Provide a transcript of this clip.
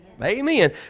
Amen